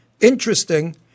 interesting